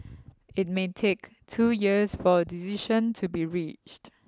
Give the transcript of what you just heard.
it may take two years for a decision to be reached